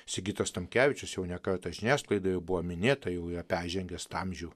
sigitas tamkevičius jau ne kartą žiniasklaidoje buvo minėta jau yra peržengęs tą amžių